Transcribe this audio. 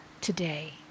today